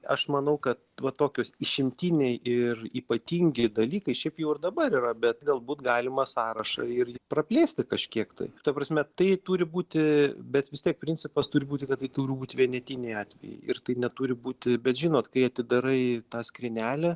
aš manau kad va tokius tokius išimtiniai ir ypatingi dalykai šiaip jau ir dabar yra bet galbūt galima sąrašą ir praplėsti kažkiek tai ta prasme tai turi būti bet vis tiek principas turi būti kad tai turi būt vienetiniai atvejai ir tai neturi būti bet žinot kai atidarai tą skrynelę